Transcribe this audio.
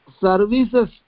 services